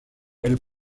elle